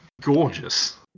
gorgeous